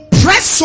press